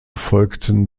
folgten